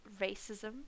racism